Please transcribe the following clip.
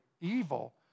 evil